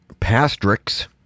Pastrix